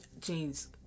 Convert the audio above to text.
Jean's